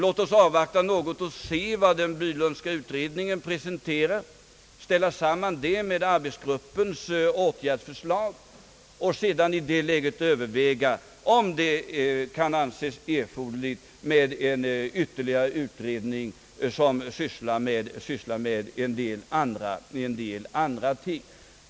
Låt oss avvakta något och se vad den Bylundska utredningen presenterar, ställa samman dess resultat med arbetsgruppens åtgärdsförslag och sedan överväga om det kan anses erforderligt med ytterligare en utredning som kommer att syssla med en del andra ting.